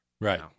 Right